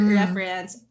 reference